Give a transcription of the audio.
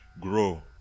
grow